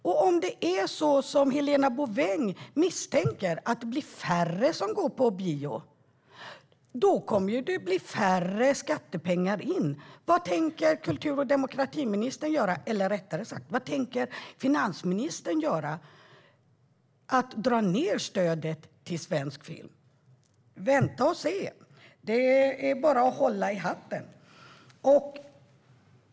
Och om det är så som Helena Bouveng misstänker, att det blir färre som går på bio, då kommer det ju att komma in mindre skattepengar. Vad tänker kultur och demokratiministern göra - eller rättare sagt, vad tänker finansministern göra? Dra ned stödet till svensk film? Vänta och se! Det är bara att hålla i hatten!